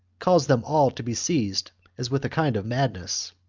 caused them all to be seized as with a kind of madness.